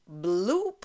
Bloop